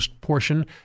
portion